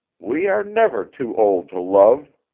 we are never too old to love,